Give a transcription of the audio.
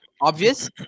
obvious